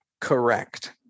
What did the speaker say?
Correct